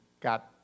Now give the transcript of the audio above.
got